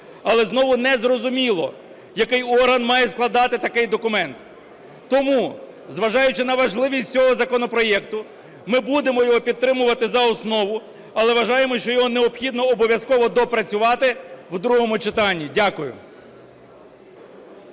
Але знову не зрозуміло, який орган має складати такий документ. Тому, зважаючи на важливість цього законопроекту, ми будемо його підтримувати за основу, але вважаємо, що його необхідно обов'язково доопрацювати в другому читанні. Дякую.